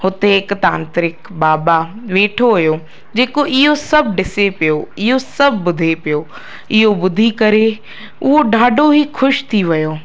हुते हिकु तांत्रिक बाबा वेठो हुयो जेको इहो सभु ॾिसे पियो इहो सभु ॿुधे पियो इहो ॿुधी करे उहो ॾाढो ई ख़ुशि थी वियो